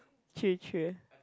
three three